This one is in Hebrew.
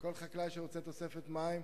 כל חקלאי שרוצה תוספת מים,